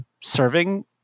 serving